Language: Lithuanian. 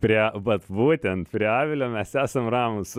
prie vat būtent prie avilio mes esam ramūs